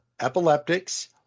epileptics